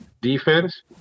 defense